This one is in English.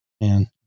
man